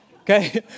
okay